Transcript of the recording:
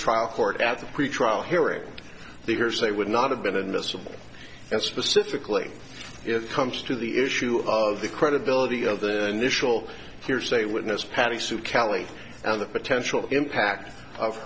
trial court at the pretrial hearing the hearsay would not have been admissible and specifically if comes to the issue of the credibility of the initial hearsay witness patti sue cally and the potential impact of